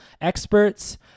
experts